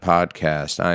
Podcast